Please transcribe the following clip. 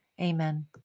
Amen